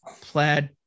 plaid